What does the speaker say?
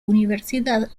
universidad